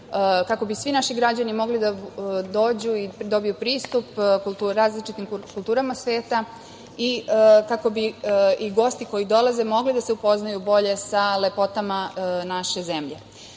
i svi naši građani mogli da dođu i dobiju pristup različitim kulturama sveta i kako bi i gosti koji dolaze mogli da se upoznaju bolje sa lepotama naše zemlje. Naše